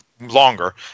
longer